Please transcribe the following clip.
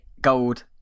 gold